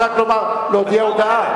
שאתה, אתה רוצה רק להודיע הודעה.